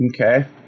Okay